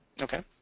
okay.